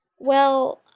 well,